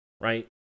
right